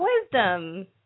Wisdom